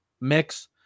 mix